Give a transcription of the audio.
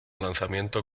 lanzamiento